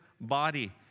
body